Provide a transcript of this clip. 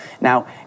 Now